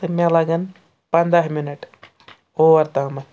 تہٕ مےٚ لَگَن پَنٛداہ مِنَٹ اور تامَتھ